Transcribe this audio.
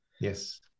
Yes